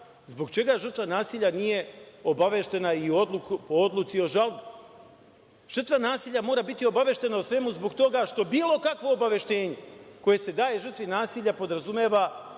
Zbog čega žrtva nasilja nije obaveštena i o odluci o žalbi? Žrtva nasilja mora biti obaveštena o svemu zbog toga što bilo kakvo obaveštenje koje se daje žrtvi nasilja podrazumeva